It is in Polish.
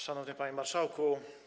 Szanowny Panie Marszałku!